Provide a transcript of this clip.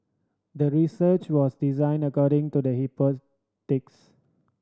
the research was designed according to the